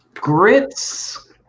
Grits